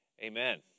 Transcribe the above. amen